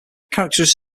characters